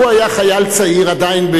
הוא היה חייל צעיר עדיין,